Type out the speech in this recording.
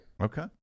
Okay